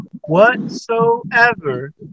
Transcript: whatsoever